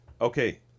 Okay